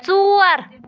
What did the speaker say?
ژور